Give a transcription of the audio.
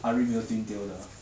ahri 没有 twin tail 的